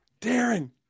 darren